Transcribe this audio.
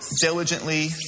diligently